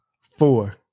four